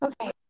okay